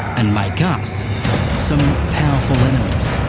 and make us some powerful enemies.